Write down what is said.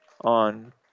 on